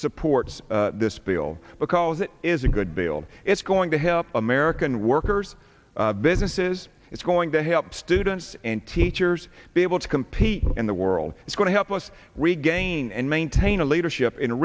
supports this bill because it is a good bill it's going to help american workers businesses it's going to help students and teachers be able to compete in the world is going to help us regain and maintain a leadership in